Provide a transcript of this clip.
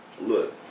Look